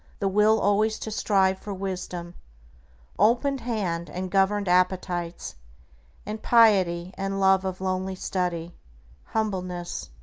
the will always to strive for wisdom opened hand and governed appetites and piety, and love of lonely study humbleness,